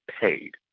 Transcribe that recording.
paid